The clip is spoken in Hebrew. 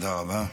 תודה רבה.